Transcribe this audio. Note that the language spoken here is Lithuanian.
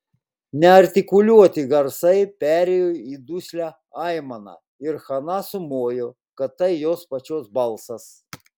neartikuliuoti garsai perėjo į duslią aimaną ir hana sumojo kad tai jos pačios balsas